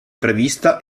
prevista